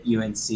unc